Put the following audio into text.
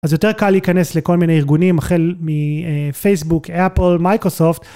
אז יותר קל להיכנס לכל מיני ארגונים, החל מפייסבוק, אפל, מייקרוסופט.